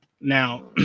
Now